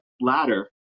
ladder